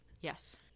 Yes